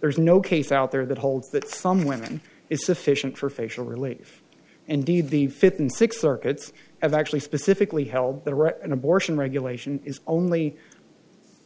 there is no case out there that holds that some women is sufficient for facial relief indeed the fifth and sixth circuits have actually specifically held the right and abortion regulation is only